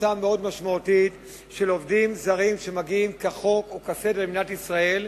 קבוצה מאוד משמעותית של עובדים זרים שמגיעים כחוק וכסדר למדינת ישראל,